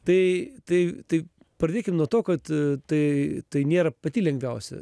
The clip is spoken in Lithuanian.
tai tai tai pradėkim nuo to kad tai tai nėra pati lengviausia